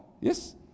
yes